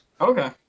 Okay